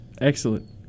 Excellent